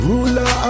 Ruler